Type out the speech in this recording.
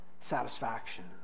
satisfaction